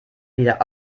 wieder